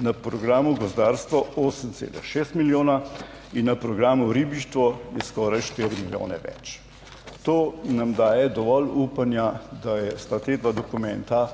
na programu gozdarstvo 8,6 milijona in na programu ribištvo je skoraj 4 milijone več. To nam daje dovolj upanja, da sta ta dva dokumenta